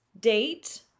date